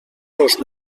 los